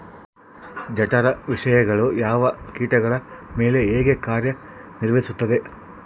ಜಠರ ವಿಷಯಗಳು ಯಾವ ಕೇಟಗಳ ಮೇಲೆ ಹೇಗೆ ಕಾರ್ಯ ನಿರ್ವಹಿಸುತ್ತದೆ?